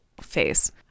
face